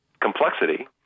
complexity